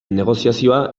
negoziazioa